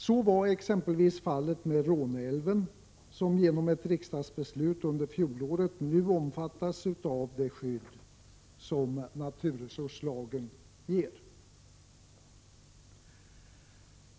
Så var exempelvis fallet med Råneälven, som genom ett riksdagsbeslut under fjolåret blev omfattad av det skydd som naturresurslagen ger.